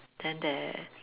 then their